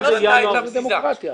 שההחלטה הייתה פזיזה.